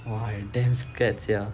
!wah! I damn scared sia